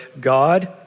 God